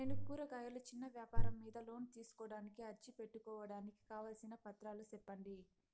నేను కూరగాయలు చిన్న వ్యాపారం మీద లోను తీసుకోడానికి అర్జీ పెట్టుకోవడానికి కావాల్సిన పత్రాలు సెప్పండి?